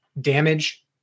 damage